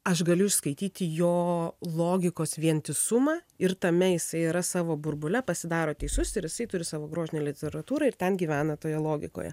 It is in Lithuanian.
aš galiu įskaityti jo logikos vientisumą ir tame jisai yra savo burbule pasidaro teisus ir jisai turi savo grožinę literatūrą ir ten gyvena toje logikoje